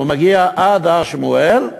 הוא מגיע עד הר-שמואל,